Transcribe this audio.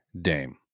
Dame